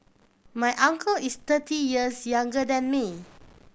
my uncle is thirty years younger than me